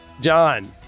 John